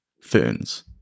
ferns